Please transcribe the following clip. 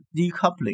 decoupling